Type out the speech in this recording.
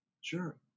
Sure